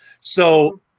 So-